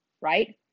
Right